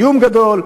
איום גדול,